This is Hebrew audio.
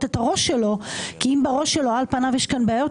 את הראש שלו כי אם בראש שלו על פניו יש כאן בעיות,